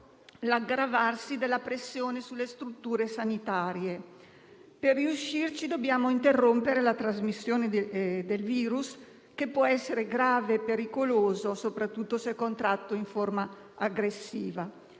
l'aggravarsi della pressione sulle strutture sanitarie. Per riuscirci, dobbiamo interrompere la trasmissione del virus, che può essere grave e pericoloso, soprattutto se contratto in forma aggressiva.